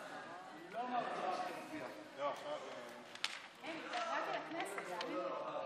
לוועדה שתקבע ועדת הכנסת נתקבלה.